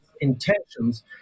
intentions